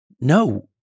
no